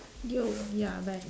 yo ya I'm back